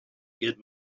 get